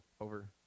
over